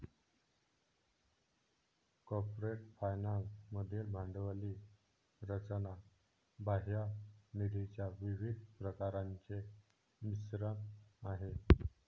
corporate finance मधील भांडवली रचना बाह्य निधीच्या विविध प्रकारांचे मिश्रण आहे